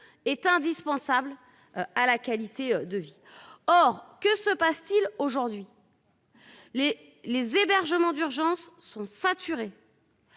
est indispensable à la qualité de vie. Or, que se passe-t-il aujourd'hui. Les les hébergements d'urgence sont saturés.